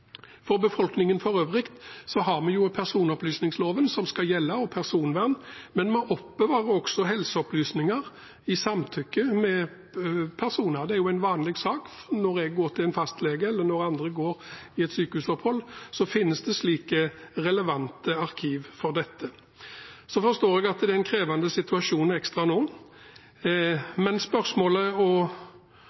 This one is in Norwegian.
For befolkningen for øvrig gjelder personopplysningsloven og personvern, men man oppbevarer også helseopplysninger i samtykke med personen det gjelder, det er en vanlig sak. Når jeg går til fastlegen, eller andre skal ha et sykehusopphold, finnes det relevante arkiv for dette. Jeg forstår at det er en ekstra krevende situasjon nå, men spørsmålet fra Christoffersen og